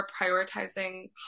prioritizing